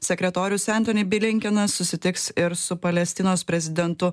sekretorius entoni blinkenas susitiks ir su palestinos prezidentu